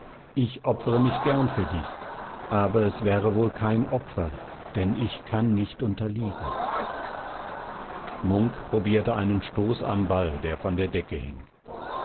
ich opfere mich gern für dich aber es wäre wohl kein opfer denn ich kann nicht unterliegen munk probierte einen stoß am ball der von der decke hing